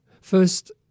First